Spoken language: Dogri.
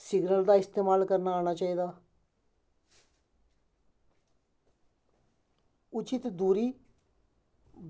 सिगनल दा इस्तमाल करना आना चाहिदा उचित दूरी